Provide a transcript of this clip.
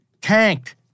tanked